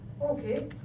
Okay